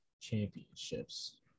Championships